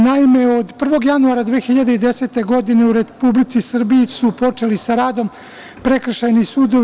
Naime, od 1. januara 2010. godine, u Republici Srbiji su počeli sa radom prekršajni sudovi.